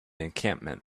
encampment